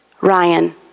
Ryan